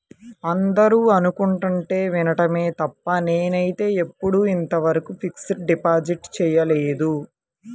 అందరూ అనుకుంటుంటే వినడమే తప్ప నేనైతే ఎప్పుడూ ఇంతవరకు ఫిక్స్డ్ డిపాజిట్ చేయలేదు